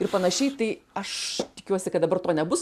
ir panašiai tai aš tikiuosi kad dabar to nebus